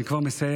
אני כבר מסיים,